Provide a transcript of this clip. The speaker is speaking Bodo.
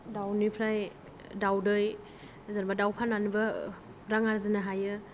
दाउनिफ्राय दाउदै जेनेबा दाउ फाननानैबो रां आरजिनो हायो